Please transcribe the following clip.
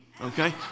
okay